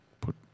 put